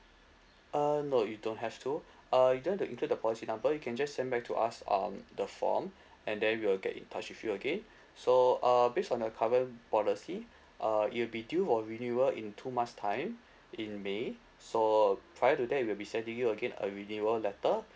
uh no you don't have to uh you don't have to include the policy number you can just send back to us um the form and then we will get in touch with you again so uh based on the current policy uh it will be due or renewal in two months time in may so prior to that we'll be sending you again a renewal letter